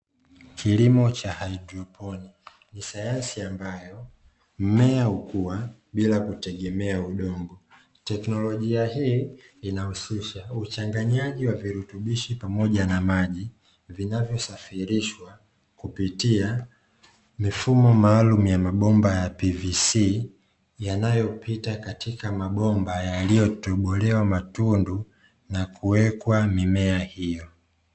kilimo cha haidroponi. Ni sayansi ambayo mmea hukua bila kutegemea udongo. Teknolojia hii inahusisha uchanganyaji wa virutubishi pamoja na maji vinavyosafirishwa kupitia mifumo maalumu ya mabomba ya "PVC", yanayopita katika mabomba yaliyotobolewa matundu na kuwekwa mimea hiyo.